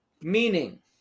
meaning